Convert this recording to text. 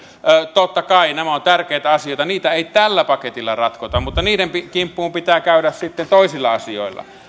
totta kai nämä ovat tärkeitä asioita niitä ei tällä paketilla ratkota mutta niiden kimppuun pitää käydä sitten toisilla asioilla